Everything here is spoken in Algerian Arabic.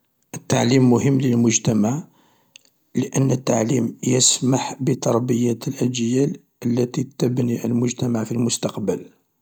التعليم مهم المجتمع لان التعليم يسمح بتربية الأجيال التي تبني المجتمع في المستقبل.